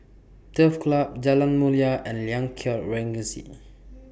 Turf Club Jalan Mulia and Liang Court Regency